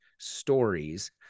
stories